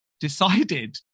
decided